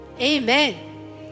Amen